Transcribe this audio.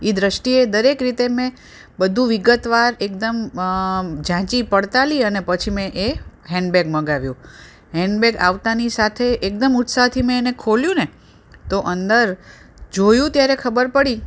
ઇ દૃષ્ટિ દરેક રીતે મેં બધું વિગતવાર એકદમ જાંચી પડતાલી અને પછી મેં એ હેન્ડબેગ મગાવ્યો હેન્ડબેગ આવતાની સાથે એકદમ ઉત્સાહથી મેં એને ખોલ્યું ને તો અંદર જોયું ત્યારે ખબર પડી